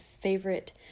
favorite